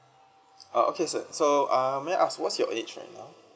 uh okay sir so uh may I ask what's your age right now